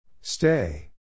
Stay